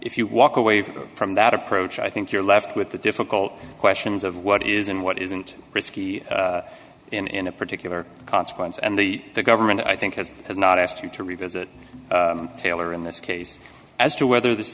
if you walk away from that approach i think you're left with the difficult questions of what is and what isn't risky in a particular consequence and the government i think has has not asked you to revisit taylor in this case as to whether this